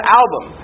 album